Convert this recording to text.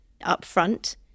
upfront